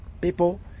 people